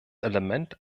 element